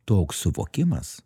toks suvokimas